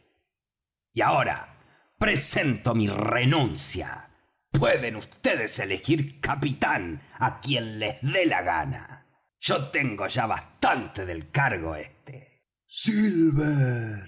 y ahora presento mi renuncia pueden vds elegir capitán á quien les dé la gana yo tengo ya bastante del cargo éste